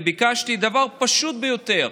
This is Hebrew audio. וביקשתי דבר פשוט ביותר: